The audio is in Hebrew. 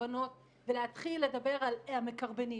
כקורבנות ולהתחיל לדבר על המקרבנים,